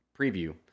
preview